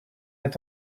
est